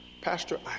Pastor